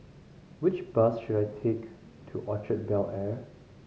which bus should I take to Orchard Bel Air